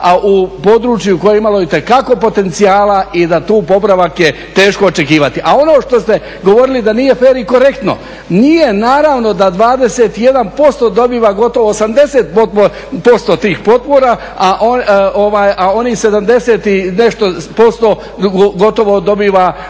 a u području koje je imalo itekako potencijala i da tu popravak je teško očekivati. A ono što ste govorili da nije fer i korektno, nije naravno da 21% dobiva gotovo 80% tih potpora, a onih 70 i nešto % gotovo dobiva,